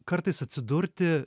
kartais atsidurti